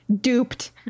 Duped